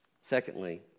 secondly